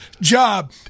job